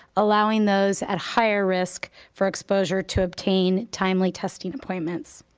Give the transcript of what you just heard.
allowing those at higher risk for exposure to obtain timely testing appointments.